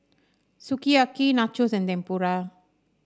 Sukiyaki Nachos and Tempura